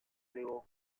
néo